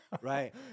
Right